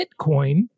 Bitcoin